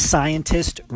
Scientist